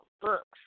books